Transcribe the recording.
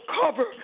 cover